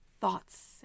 thoughts